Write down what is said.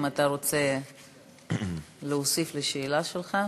אם אתה רוצה להוסיף לשאלה שלך.